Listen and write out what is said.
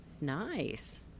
Nice